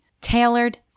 Tailored